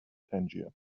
tangier